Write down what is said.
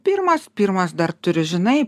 pirmas pirmas dar turi žinai